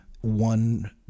one